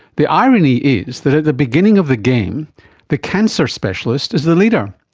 the irony is that at the beginning of the game the cancer specialist is the leader.